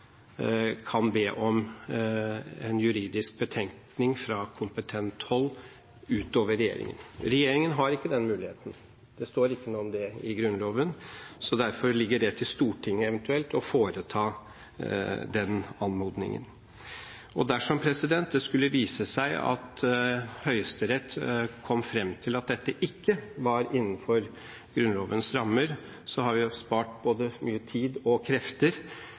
kan be om en juridisk betenkning fra kompetent hold, utover regjeringen. Regjeringen har ikke den muligheten, det står ikke noe om det i Grunnloven. Derfor ligger det til Stortinget eventuelt å foreta den anmodningen. Dersom det skulle vise seg at Høyesterett kommer fram til at dette ikke var innenfor Grunnlovens rammer, har vi spart både mye tid og krefter,